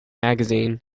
magazine